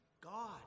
God